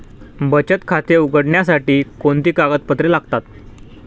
बचत खाते उघडण्यासाठी कोणती कागदपत्रे लागतात?